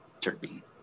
turkey